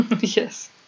Yes